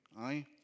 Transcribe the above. aye